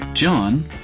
John